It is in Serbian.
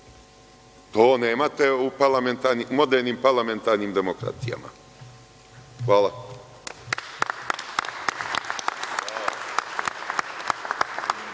To nemate u modernim parlamentarnim demokratijama. Hvala.